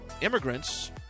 immigrants